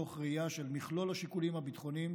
תוך ראייה של מכלול השיקולים הביטחוניים